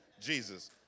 Jesus